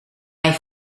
mijn